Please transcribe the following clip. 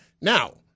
Now